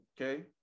Okay